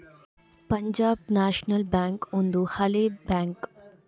Punjab national bank ಒಂದು ಹಳೆ bank